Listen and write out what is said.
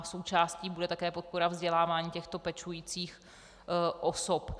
Součástí bude také podpora vzdělávání těchto pečujících osob.